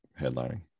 headlining